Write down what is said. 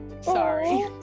sorry